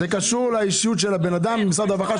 זה קשור לאישיות של הבן אדם במשרד הרווחה.